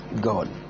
God